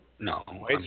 No